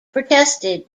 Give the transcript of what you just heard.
protested